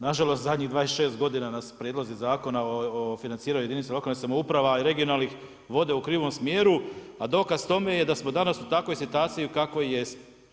Nažalost zadnjih 26 godina nas Prijedlozi zakona o financiranju jedinica lokalnih samouprava i regionalnih vode u krivom smjeru a dokaz tome je da smo danas u takvoj situaciji u kakvoj jesmo.